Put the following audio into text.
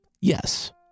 Yes